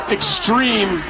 extreme